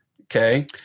Okay